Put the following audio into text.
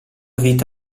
vita